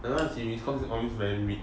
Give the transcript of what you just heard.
another series cast always very weak